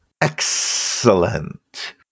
Excellent